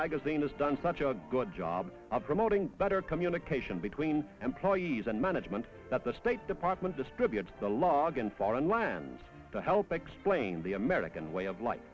magazine has done such a good job of promoting better communication between employees and management at the state department distributes the log in foreign lands to help explain the american way of li